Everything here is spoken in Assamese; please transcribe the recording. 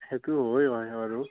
সেইটো হয় অ' বাৰু